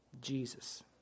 Jesus